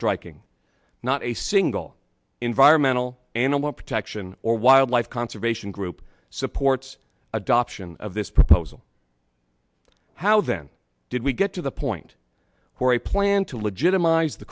striking not a single environmental animal protection or wildlife conservation group supports adoption of this proposal how then did we get to the point where a plan to legitimize the